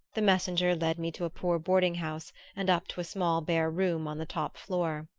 the messenger led me to a poor boarding-house and up to a small bare room on the top floor.